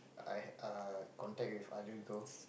I had err contact with other girls